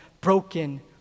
broken